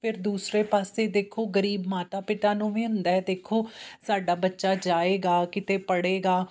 ਫਿਰ ਦੂਸਰੇ ਪਾਸੇ ਦੇਖੋ ਗਰੀਬ ਮਾਤਾ ਪਿਤਾ ਨੂੰ ਵੀ ਹੁੰਦਾ ਦੇਖੋ ਸਾਡਾ ਬੱਚਾ ਜਾਵੇਗਾ ਕਿਤੇ ਪੜ੍ਹੇਗਾ